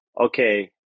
okay